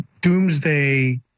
doomsday